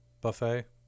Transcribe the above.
buffet